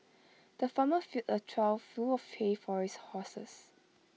the farmer filled A trough full of hay for his horses